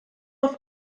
auf